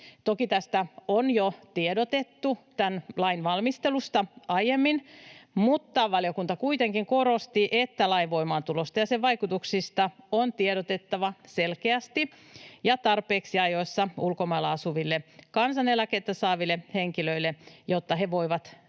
Toki tämän lain valmistelusta on jo tiedotettu aiemmin, mutta valiokunta kuitenkin korosti, että lain voimaantulosta ja sen vaikutuksista on tiedotettava selkeästi ja tarpeeksi ajoissa ulkomailla asuville kansaneläkettä saaville henkilöille, jotta he voivat